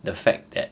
the fact that